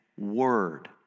word